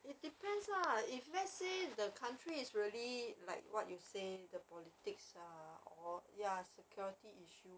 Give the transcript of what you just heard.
it depends lah if let's say the country is really like what you say the politics ah or ya security issue